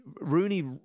Rooney